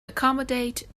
accommodate